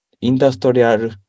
industrial